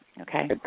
Okay